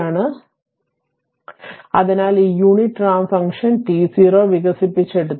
അതിനാൽ ഞാൻ ഇത് മായ്ക്കട്ടെ അതിനാൽ ഈ യൂണിറ്റ് റാമ്പ് ഫംഗ്ഷൻ t0 വികസിപ്പിച്ചെടുത്തു